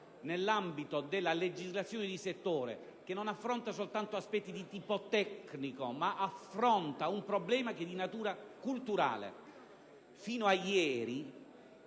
nell'ambito della legislazione di settore, non affrontando soltanto aspetti di tipo tecnico, ma trattando un problema di natura culturale. Non vi